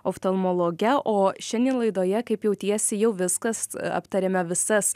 oftalmologe o šiandien laidoje kaip jautiesi jau viskas aptarėme visas